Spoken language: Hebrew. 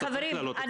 חברים,